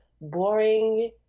boring